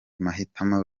mahitamo